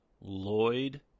Lloyd